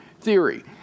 theory